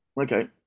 okay